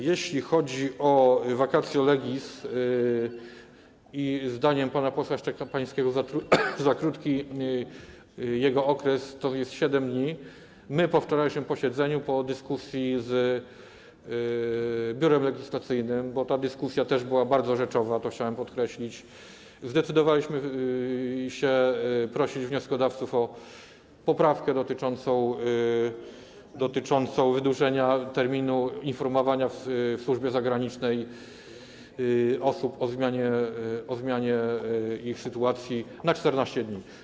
Jeśli chodzi o vacatio legis i zdaniem pana posła Szczepańskiego za krótki jego okres, tj. 7 dni, my po wczorajszym posiedzeniu, po dyskusji z Biurem Legislacyjnym, bo ta dyskusja też była bardzo rzeczowa, co chciałbym podkreślić, zdecydowaliśmy się prosić wnioskodawców o poprawkę dotyczącą wydłużenia terminu informowania osób w służbie zagranicznej o zmianie ich sytuacji do 14 dni.